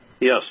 Yes